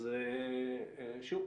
אז שוב,